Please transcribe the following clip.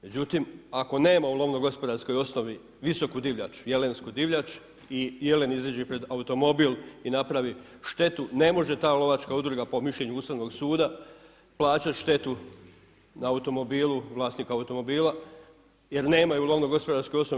Međutim, ako nema u lovno-gospodarskoj osnovi visoku divljač, jelensku divljač i jelen iziđe pred automobil i napravi štetu ne može ta lovačka udruga po mišljenju Ustavnog suda plaćat štetu na automobilu, vlasnika automobila jer nemaju lovno-gospodarske osnove.